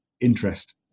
interest